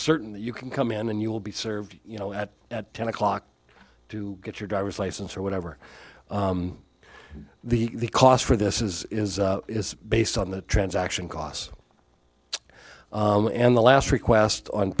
certain you can come in and you will be served you know at ten o'clock to get your driver's license or whatever the cost for this is is is based on the transaction costs and the last request on